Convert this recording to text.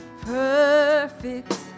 perfect